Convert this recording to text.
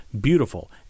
beautiful